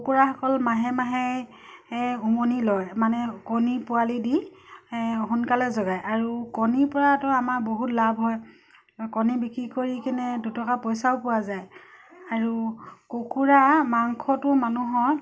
কুকুৰাসকল মাহে মাহে উমনি লয় মানে কণী পোৱালি দি সোনকালে জগায় আৰু কণীৰ পৰাতো আমাৰ বহুত লাভ হয় কণী বিক্ৰী কৰি কেনে দুটকা পইচাও পোৱা যায় আৰু কুকুৰা মাংসটো মানুহৰ